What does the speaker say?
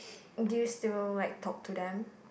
do you still like talk to them